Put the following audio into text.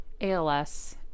ALS